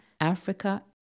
Africa